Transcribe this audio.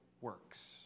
works